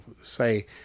say